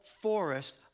forest